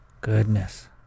goodness